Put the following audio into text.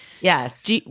Yes